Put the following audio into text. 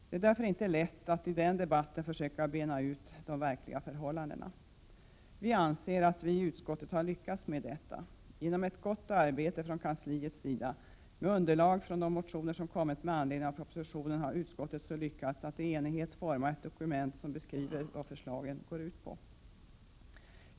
Det är därför inte lätt att i den debatten försöka bena ut de verkliga förhållandena. Vi anser att vi i utskottet emellertid har lyckats med detta. Genom ett gott arbete från kansliets sida och med underlag från de motioner som väckts med anledning av propositionen har utskottet lyckats att i enighet forma ett dokument som beskriver vad förslaget går ut på.